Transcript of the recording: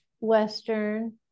western